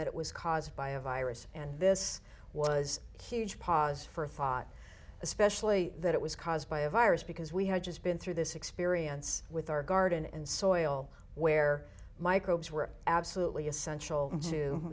that it was caused by a virus and this was huge pause for thought especially that it was caused by a virus because we had just been through this experience with our garden and soil where microbes were absolutely essential to